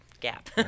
gap